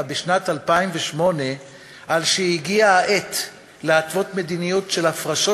בשנת 2008 שהגיעה העת להתוות מדיניות של הפרשות